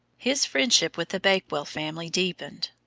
his friendship with the bakewell family deepened.